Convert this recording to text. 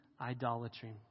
idolatry